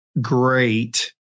great